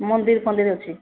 ମନ୍ଦିର ଫନ୍ଦିର ଅଛି